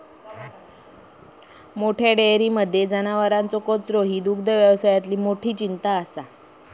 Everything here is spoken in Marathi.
मोठ्या डेयरींमध्ये जनावरांचो कचरो ही दुग्धव्यवसायातली मोठी चिंता असा